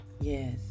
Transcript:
Yes